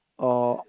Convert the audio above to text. oh